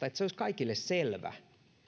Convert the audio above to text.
että olisi kaikille selvää